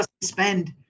spend